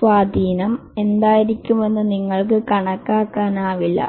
സ്വാധീനം എന്തായിരിക്കുമെന്ന് നിങ്ങൾക്ക് കണക്കാക്കാനാവില്ല